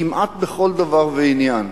כמעט בכל דבר ועניין.